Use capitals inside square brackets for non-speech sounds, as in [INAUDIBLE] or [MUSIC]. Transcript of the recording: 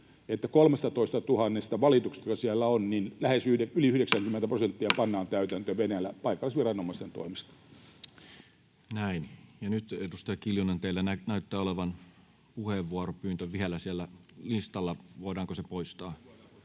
että 13 000 valituksesta, joita siellä on, [NOISE] yli 90 prosenttia pannaan täytäntöön Venäjällä paikallisviranomaisten toimesta. Näin. — Ja nyt, edustaja Kiljunen, teillä näyttää olevan puheenvuoropyyntö vielä siellä listalla. Voidaanko se poistaa? [Kimmo Kiljunen: